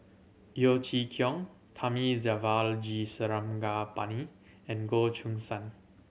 Yeo Chee Kiong Thamizhavel G Sarangapani and Goh Choo San